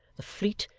the fleet,